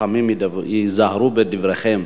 חכמים היזהרו בדבריכם.